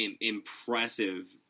impressive